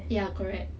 ya correct